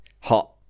Hot